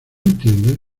entiendes